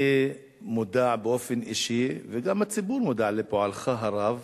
אני מודע באופן אישי, וגם הציבור מודע, לפועלך הרב